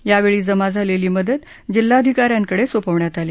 यावेळी जमा झालेली मदत जिल्हाधिकाऱ्यांकडे सोपण्यात आली